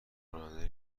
کننده